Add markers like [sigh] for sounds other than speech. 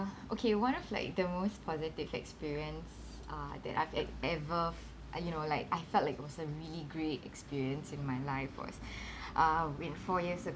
okay one of like the most positive experience uh that I've e~ ever uh you know like I felt like it was a really great experience in my life was [breath] uh when four years